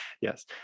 yes